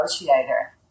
negotiator